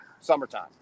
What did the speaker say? summertime